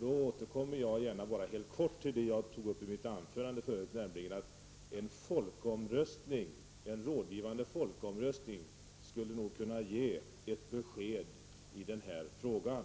Jag återkommer då gärna helt kort till vad jag sade i mitt anförande, nämligen att en rådgivande folkomröstning nog skulle kunna ge besked i frågan.